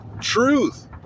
truth